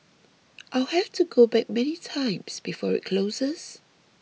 I'll have to go back many times before it closes